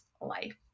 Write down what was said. life